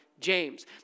James